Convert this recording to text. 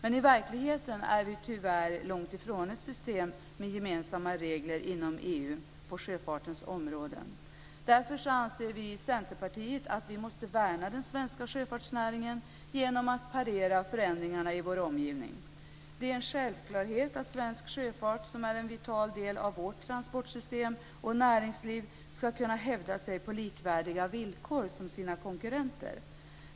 I verkligheten är vi tyvärr långt ifrån ett system med gemensamma regler på sjöfartens område inom EU. Därför anser vi i Centerpartiet att vi måste värna den svenska sjöfartsnäringen genom att parera förändringarna i vår omgivning. Det är en självklarhet att svensk sjöfart, som är en vital del av vårt transportsystem och näringsliv, ska kunna hävda sig på likvärdiga villkor som sina konkurrenter.